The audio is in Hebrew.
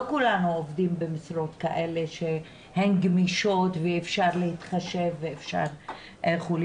לא כולנו עובדים במשרות כאלה שהן גמישות ואפשר להתחשב וכולי,